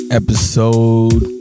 episode